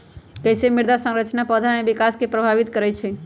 कईसे मृदा संरचना पौधा में विकास के प्रभावित करई छई?